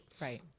Right